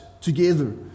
together